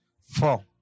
four